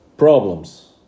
problems